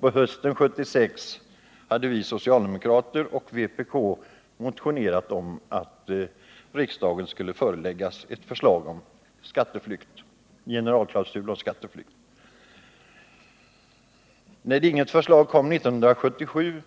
På hösten 1976 hade vi socialdemokrater och vpk motionerat om att riksdagen skulle föreläggas ett förslag om generalklausul mot skatteflykt. När inget förslag kom 1977